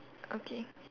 okay